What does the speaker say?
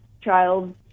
Child